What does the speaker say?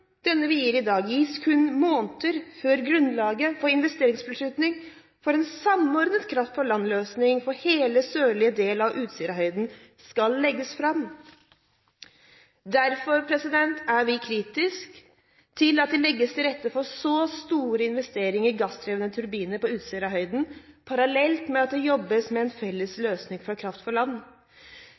denne saken tillater operatøren av Edvard Grieg-feltet å bygge ut feltet med to gassturbiner, som for øvrig også skal forsyne Draupne-feltet med kraft. Tillatelsen vi gir i dag, gis kun måneder før grunnlaget for investeringsbeslutning for en samordnet kraft-fra-land-løsning for hele den sørlige delen av Utsirahøyden skal legges fram. Vi er kritiske til at det legges til rette for så store investeringer i gassdrevne turbiner på Utsirahøyden parallelt med at